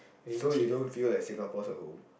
so you don't feel like Singapore's your home